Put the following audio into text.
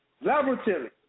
laboratory